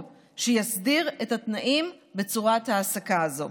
שיסדיר את התנאים בצורת ההעסקה הזאת.